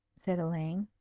said elaine.